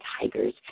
Tigers